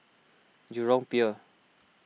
Jurong Pier